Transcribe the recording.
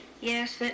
Yes